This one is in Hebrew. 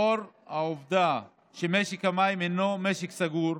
לאור העובדה שמשק המים הוא משק סגור,